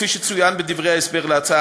כפי שצוין בדברי ההסבר להצעה,